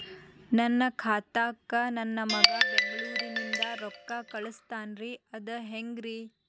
ನನ್ನ ಖಾತಾಕ್ಕ ನನ್ನ ಮಗಾ ಬೆಂಗಳೂರನಿಂದ ರೊಕ್ಕ ಕಳಸ್ತಾನ್ರಿ ಅದ ಹೆಂಗ್ರಿ?